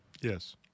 Yes